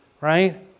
Right